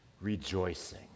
rejoicing